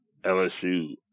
LSU